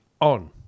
on